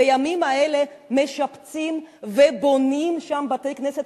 בימים אלה משפצים ובונים שם בתי-כנסת